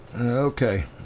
Okay